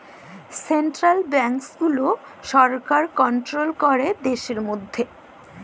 central banks গুলা সরকার control ক্যরে দ্যাশের ম্যধে